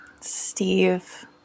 Steve